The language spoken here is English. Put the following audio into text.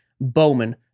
Bowman